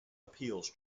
appeals